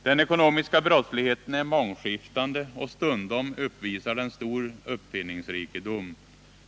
Den ekonomiska brottsligheten är mångskiftande, och stundom visar den stor uppfinningsrikedom.